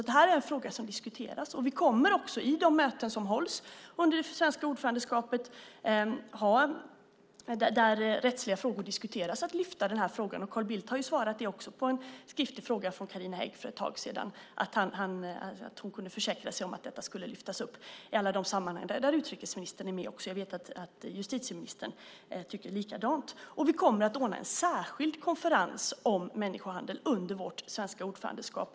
Det här är en fråga som diskuteras, och vi kommer i de möten som hålls under det svenska ordförandeskapet och där rättsliga frågor diskuteras att lyfta fram den här frågan. Carl Bildt har svarat på en skriftlig fråga från Carina Hägg för ett tag sedan att hon kunde försäkra sig om att detta skulle lyftas fram i alla de sammanhang där utrikesministern är med. Jag vet att justitieministern tycker likadant. Vi kommer att ordna en särskild konferens om människohandel under vårt svenska ordförandeskap.